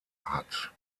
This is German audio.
hat